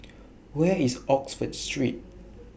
Where IS Oxford Street